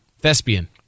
Thespian